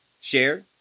share